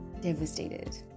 devastated